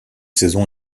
saison